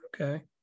Okay